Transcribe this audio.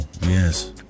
yes